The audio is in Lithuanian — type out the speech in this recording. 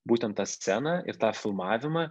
būtent tą sceną ir tą filmavimą